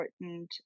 important